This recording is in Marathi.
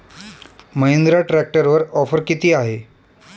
महिंद्रा ट्रॅक्टरवर ऑफर किती आहे?